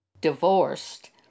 divorced